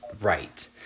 right